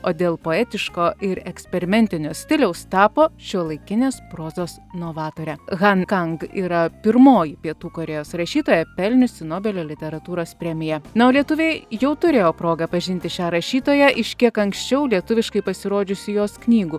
o dėl poetiško ir eksperimentinio stiliaus tapo šiuolaikinės prozos novatore han kang yra pirmoji pietų korėjos rašytoja pelniusi nobelio literatūros premiją na o lietuviai jau turėjo progą pažinti šią rašytoją iš kiek anksčiau lietuviškai pasirodžiusių jos knygų